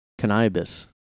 Cannabis